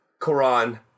Quran